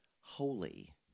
holy